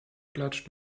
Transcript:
klatscht